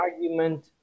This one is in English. argument